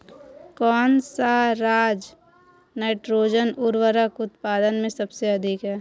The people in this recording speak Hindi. कौन सा राज नाइट्रोजन उर्वरक उत्पादन में सबसे अधिक है?